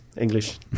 English